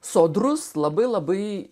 sodrus labai labai